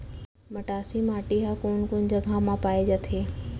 मटासी माटी हा कोन कोन जगह मा पाये जाथे?